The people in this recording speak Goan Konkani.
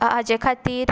हाचे खातीर